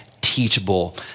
teachable